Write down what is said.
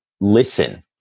listen